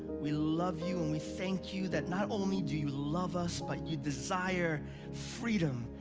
we love you and we thank you that not only do you love us, but you desire freedom,